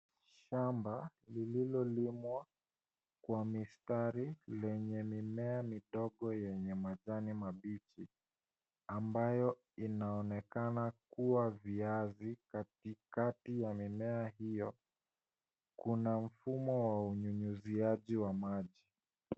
Shamba lililolimwa kwa mistari lenye mimea midogo yenye majani mabichi ambayo inaonekana kuwa viazi katikati ya mimea hio. Kuna mfumo wa unyunyiziaji wa maji.